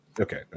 Okay